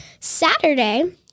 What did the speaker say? Saturday